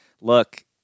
look